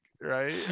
right